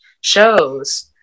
shows